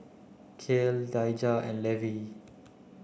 Cael Daijah and Levy